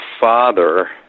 father